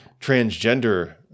transgender